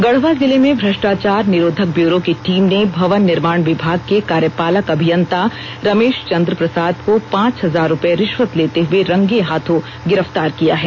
गढ़वा जिले में भ्रष्टाचार निरोधक ब्यूरो की टीम ने भवन निर्माण विभाग के कार्यपालक अभियंता रमेश चंद्र प्रसाद को पांच हजार रूपए रिश्वत लेते हुए रंगे हाथों गिरफ्तार किया है